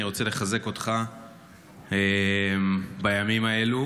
אני רוצה לחזק אותך בימים האלו.